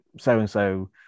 so-and-so